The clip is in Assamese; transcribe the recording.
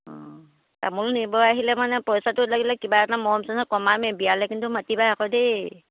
অ' তামোল নিব আহিলে মানে পইচাটো লাগিলে কিবা এটা মৰম চেনেহত কমামেই বিয়ালৈ কিন্তু মাতিবা আকৌ দেই